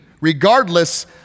regardless